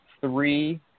three